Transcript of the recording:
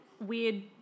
weird